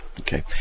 Okay